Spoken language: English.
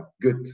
good